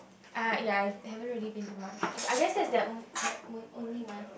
ah ya I have haven't really been to much I I guess that that's their own only one